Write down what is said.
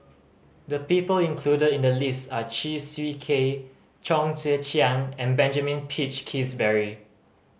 the people included in the list are Chew Swee Kee Chong Tze Chien and Benjamin Peach Keasberry